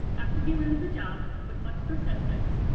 after he landed the job, with much persistence,